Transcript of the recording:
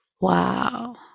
Wow